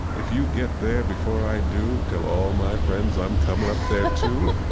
if you get there before i do, tell all my friends i'm coming up there too.